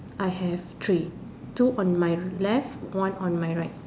I have three two on my left one on my right